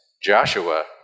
Joshua